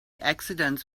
accidents